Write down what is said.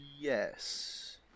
yes